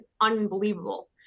unbelievable